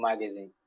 magazine